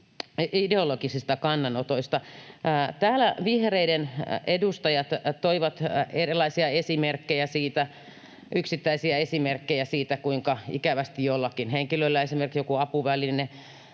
ideologisista kannanotoista. Täällä vihreiden edustajat toivat erilaisia yksittäisiä esimerkkejä siitä, kuinka ikävästi joku henkilö ei esimerkiksi voi